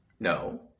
No